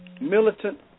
militant